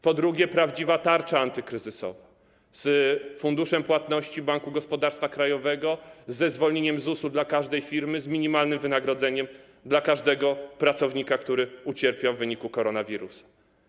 Po drugie, prawdziwa tarcza antykryzysowa z funduszem płatności Banku Gospodarstwa Krajowego, ze zwolnieniem z ZUS-u dla każdej firmy, z minimalnym wynagrodzeniem dla każdego pracownika, który ucierpiał z powodu koronawirusa.